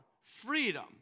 freedom